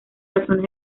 razones